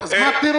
הלוואות?